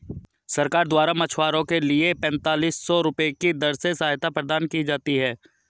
सरकार द्वारा मछुआरों के लिए पेंतालिस सौ रुपये की दर से सहायता प्रदान की जाती है